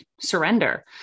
surrender